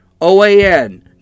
OAN